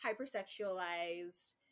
hypersexualized